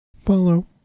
Follow